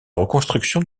reconstruction